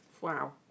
Wow